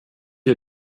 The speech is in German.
ihr